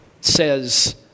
says